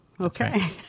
okay